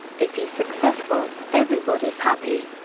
if he's successful, everybody's happy.